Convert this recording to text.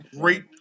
great